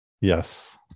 Yes